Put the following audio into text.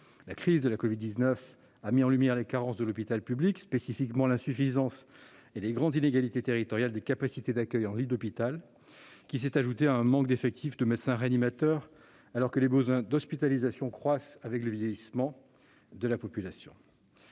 La crise de la covid-19 a mis en lumière les carences de l'hôpital public, spécifiquement l'insuffisance et les grandes inégalités territoriales des capacités d'accueil en lits d'hôpital, qui se sont ajoutées à un manque d'effectifs de médecins réanimateurs, alors que les besoins d'hospitalisation croissent avec le vieillissement de la population.